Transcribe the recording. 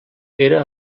era